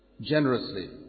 generously